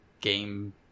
game